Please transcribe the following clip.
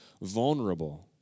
vulnerable